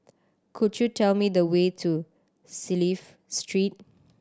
could you tell me the way to Clive Street